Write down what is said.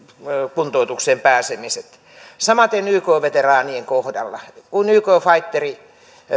kuntoutukseen pääsemiset samaten yk veteraanien kohdalla kun yk faitteri